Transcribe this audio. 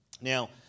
Now